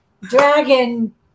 Dragon